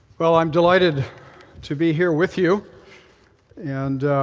well, i'm delighted to be here with you and